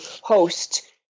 host